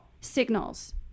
signals